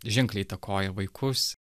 ženkliai įtakoja vaikus